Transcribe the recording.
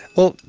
well,